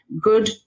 Good